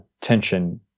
tension